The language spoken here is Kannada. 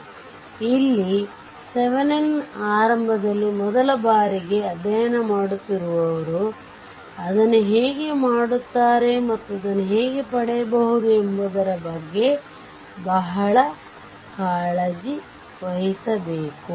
ಆದ್ದರಿಂದ ಇಲ್ಲಿ ಥೆವೆನಿನ್Thevenin' ಆರಂಭದಲ್ಲಿ ಮೊದಲ ಬಾರಿಗೆ ಅಧ್ಯಯನ ಮಾಡುತ್ತಿರುವವರು ಅದನ್ನು ಹೇಗೆ ಮಾಡುತ್ತಾರೆ ಮತ್ತು ಅದನ್ನು ಹೇಗೆ ಪಡೆಯಬಹುದು ಎಂಬುದರ ಬಗ್ಗೆ ಬಹಳ ಕಾಳಜಿ ವಹಿಸಬೇಕು